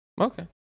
Okay